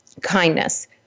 kindness